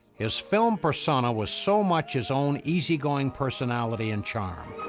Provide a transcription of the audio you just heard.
his film persona was so much his own easy going personality and charm.